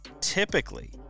typically